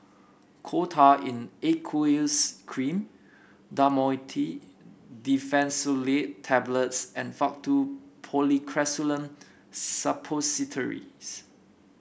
Coal Tar in Aqueous Cream Dhamotil Diphenoxylate Tablets and Faktu Policresulen Suppositories